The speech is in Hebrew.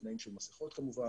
בתנאים של מסיכות כמובן,